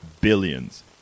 Billions